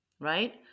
right